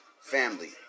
Family